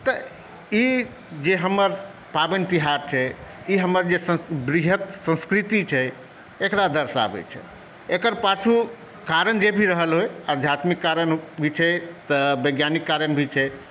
तऽ ई जे हमर पाबनि तिहार छै ई हमर जे वृहत संस्कृति छै एकरा दर्शाबै छै एकर पाछू कारण जे भी रहल होइ आध्यात्मिक कारण भी छै तऽ वैज्ञानिक भी कारण छै